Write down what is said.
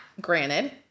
granted